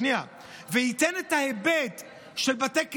הוא ייתן את ההיבט של בתי הכנסת.